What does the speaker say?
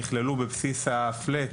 נכללו בבסיס ה-FLAT,